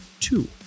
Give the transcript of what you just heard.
two